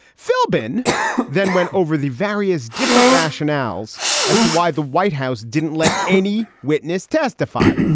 philbin then went over the various different rationales as to why the white house didn't let any witness testify.